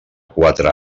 quatre